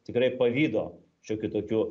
tikrai pavydo šiokiu tokiu